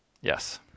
Yes